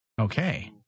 Okay